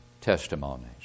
testimonies